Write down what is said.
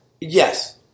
Yes